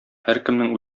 һәркемнең